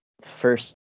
First